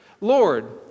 Lord